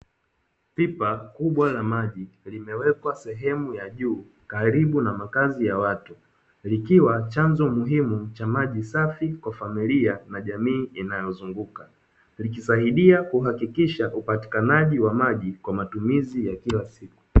Pipa kubwa la maji limewekwa sehemu ya juu karibu na makazi ya watu, likiwa chanzo muhimu cha maji safi kwa familia na jamii inayozunguka. Likisaidia kuhakikisha upatikanaji wa maji, kwa matumizi ya kila siku.